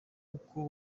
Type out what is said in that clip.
uko